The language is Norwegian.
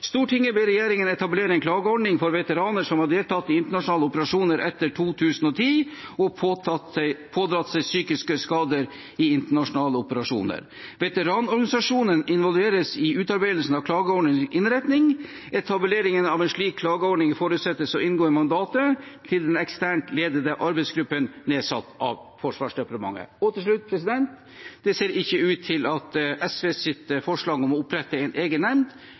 ber regjeringen etablere en klageordning for veteraner som har deltatt i internasjonale operasjoner etter 2010 og pådratt seg psykiske skader i internasjonale operasjoner. Veteranorganisasjonene involveres i utarbeidelsen av klageordningens innretning. Etablering av en slik klageordning forutsettes å inngå i mandatet til den eksternt ledede arbeidsgruppen nedsatt av Forsvarsdepartementet.» Til slutt: Det ser ikke ut til at SVs forslag om å opprette en egen